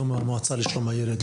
מהמועצה לשלום הילד,